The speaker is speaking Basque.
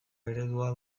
eredu